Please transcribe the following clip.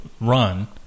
run